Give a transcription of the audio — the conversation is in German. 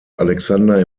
alexander